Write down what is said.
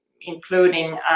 including